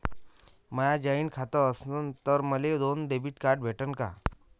माय joint खातं असन तर मले दोन डेबिट कार्ड भेटन का?